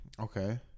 Okay